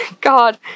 God